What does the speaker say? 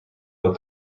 but